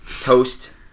Toast